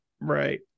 right